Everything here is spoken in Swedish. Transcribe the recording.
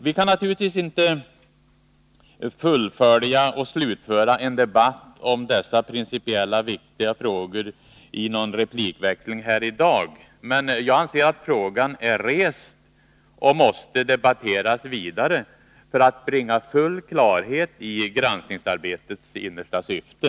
Vi kan naturligtvis inte fullfölja och slutföra en debatt om dessa principiellt viktiga frågor i någon replikväxling här i dag, men jag anser att frågan är rest och måste debatteras vidare för att bringa full klarhet i granskningsarbetets innersta syfte.